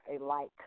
alike